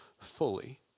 fully